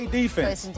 defense